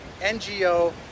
NGO